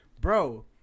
bro